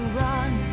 run